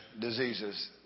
diseases